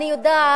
אדוני,